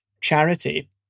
charity